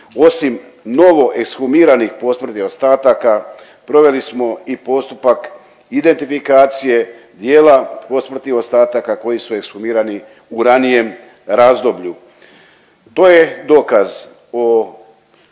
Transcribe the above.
osim novo ekshumiranih posmrtnih ostataka proveli smo i postupak identifikacije dijela posmrtnih ostataka koji su ekshumirani u ranijem razdoblju. To je dokaz o